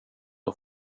och